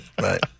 Right